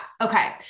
Okay